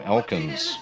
Elkins